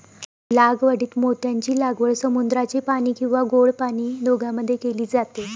लागवडीत मोत्यांची लागवड समुद्राचे पाणी किंवा गोड पाणी दोघांमध्ये केली जाते